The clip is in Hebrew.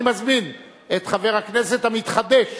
אני מזמין את חבר הכנסת המתחדש